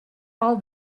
all